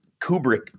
Kubrick